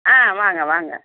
ஆ வாங்க வாங்க